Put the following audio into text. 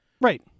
Right